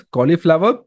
Cauliflower